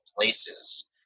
places